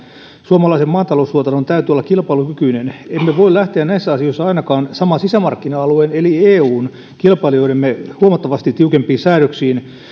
suomalaisen maataloustuotannon täytyy olla kilpailukykyinen emme voi lähteä näissä asioissa ainakaan samaa sisämarkkina aluetta eli eun kilpailijoitamme huomattavasti tiukempiin säädöksiin